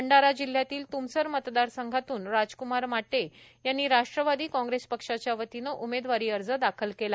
भंडारा जिल्ह्यातील त्मसर मतदारसंघातून राजक्मार माटे यांनी राष्ट्रवादी कांग्रेस पक्षाच्या वतीनं उमेदवारी अर्ज दाखल केला